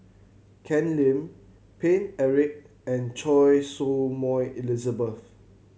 Ken Lim Paine Eric and Choy Su Moi Elizabeth